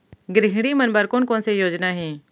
गृहिणी मन बर कोन कोन से योजना हे?